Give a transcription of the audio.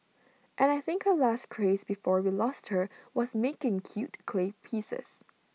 and I think her last craze before we lost her was making cute clay pieces